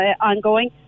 ongoing